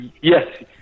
Yes